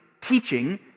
teaching